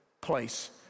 place